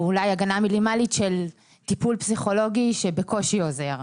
אולי הגנה מינימלית של טיפול פסיכולוגי שבקושי עוזר,